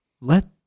let